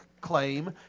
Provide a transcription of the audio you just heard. claim